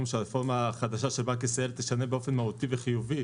שהרפורמה החדשה של בנק ישראל תשנה באופן מהותי וחיובי